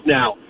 now